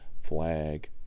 Flag